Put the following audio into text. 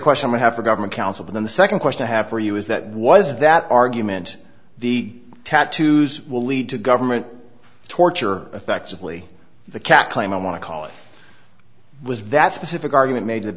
question we have for government counsel then the second question i have for you is that was that argument the tattoos will lead to government torture effectively the cat claim i want to call it was that specific argument made t